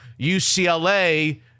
UCLA